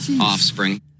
offspring